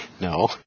No